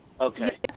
Okay